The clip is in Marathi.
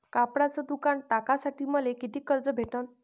कपड्याचं दुकान टाकासाठी मले कितीक कर्ज भेटन?